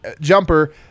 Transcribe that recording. jumper